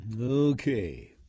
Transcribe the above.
Okay